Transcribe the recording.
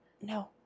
no